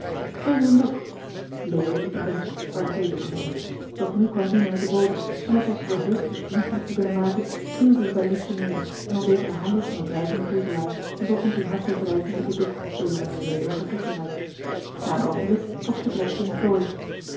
en doek leo liep naar den hoek waar de theedoeken hingen doch nu kwam dina met de boter en als was ze verheugd zich verdienstelijk te kunnen maken knielde johan de meester de zonde in het deftige dorp ze bij loesje neder en ontdeed haar handig van den druipenden boezelaar en begon toen hard te wrijven met den doek door jongeheer leo haar toegereikt na een oogenblik trok ze het rokje in plooi